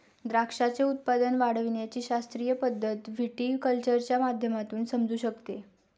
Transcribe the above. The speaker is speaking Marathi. द्राक्षाचे उत्पादन वाढविण्याची शास्त्रीय पद्धत व्हिटीकल्चरच्या माध्यमातून समजू शकते